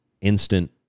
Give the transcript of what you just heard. instant